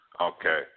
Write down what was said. Okay